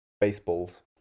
baseballs